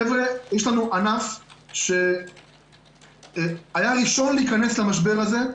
חבר'ה, יש לנו ענף שהיה ראשון להיכנס למשבר הזה,